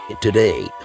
Today